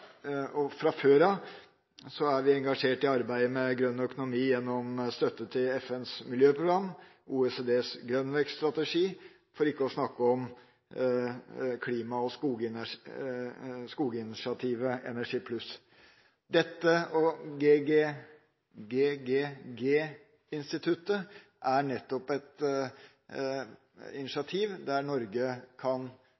fra før av engasjert i arbeidet med grønn økonomi gjennom støtte til FNs miljøprogram, OECDs grønn vekst strategi, for ikke å snakke om klima- og skoginitiativet Energy Pluss. Dette og GGG-instituttet er nettopp et